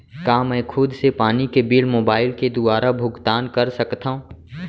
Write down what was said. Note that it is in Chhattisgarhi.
का मैं खुद से पानी के बिल मोबाईल के दुवारा भुगतान कर सकथव?